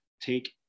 take